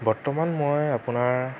বৰ্তমান মই আপোনাৰ